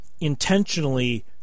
intentionally